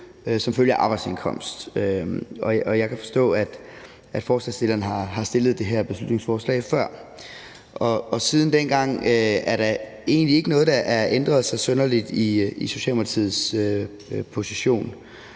som følge af arbejdsindkomst. Jeg kan forstå, at forslagsstillerne har stillet det her beslutningsforslag før, og siden dengang er der egentlig ikke noget, der har ændret sig synderligt i Socialdemokratiets position.